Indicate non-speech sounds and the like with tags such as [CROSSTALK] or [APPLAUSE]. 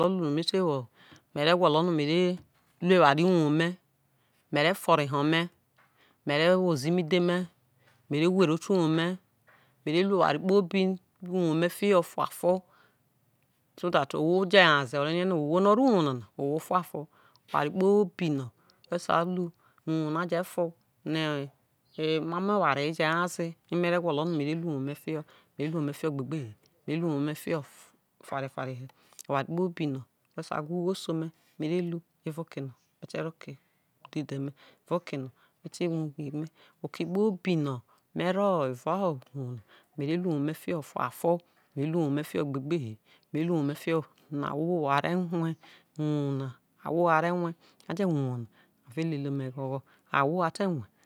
[UNINTELLIGIBLE] me tu wo, me̠ re̠ gwo̠lo̠ no̠ me re ru eware uwou me̠, me̠ ne̠ fo̠ro̠ eho me̠, me̠ re̠ woze̠ imidhe me̠, me re hwere otovwou me̠, mere ruere uwou me̠ fi ho̠ fuafo so tha ohwo je̠ nyaze o̠ re̠ ne̠ no̠ ohwo, ho̠ o̠ rro̠ uwou nana ohwo fuafo oware kpobi no̠ me̠ sarru no̠ uwou na je̠ fo, no̠ emam o̠ eware e̠ je̠ nyoze, ere one̠ re̠ gwo̠lo̠ no̠ me re ru uwou me̠ fiho̠ me re ru uwou me̠fi ho̠ gbegbe he, uware kpobi no̠ o̠ sai wha ugho se ome̠ oye me re ru, oke kpobi no̠ me̠ rho̠ evao ubou na me re ru uwou ine̠ fiho̠ fuafo, me re ru uwou me̠ fiho̠ gbegbe he me re ru uwou me re ru uwou me̠ fiho̠ gbegbe he me re ru uwoo mere ru uwou me̠e̠e̠e̠e̠e̠e̠e̠fi ho̠ no̠ ahwo a te̠ we̠ rie̠, a ye we̠ uwa na a re lele ome̠ gbo̠gbo̠